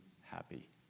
happy